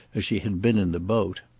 as she had been in the boat.